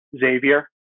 Xavier